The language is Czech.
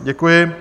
Děkuji.